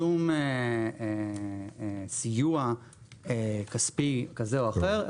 שום סיוע כספי כזה או אחר,